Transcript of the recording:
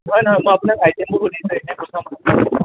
নহয় নহয় মই আপোনাক আইটেমবোৰ সুধিছোঁ এনেই প্ৰথম